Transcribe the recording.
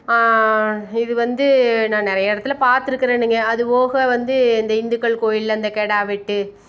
இது வந்து நான் நிறைய இடத்துல பார்த்துருக்கேனுங்க அது போக வந்து இந்த இந்துக்கள் கோயிலில் அந்த கிடா வெட்டு